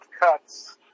cuts